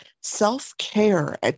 self-care